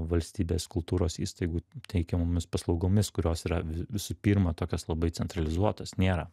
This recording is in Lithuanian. valstybės kultūros įstaigų teikiamomis paslaugomis kurios yra vi visų pirma tokios labai centralizuotos nėra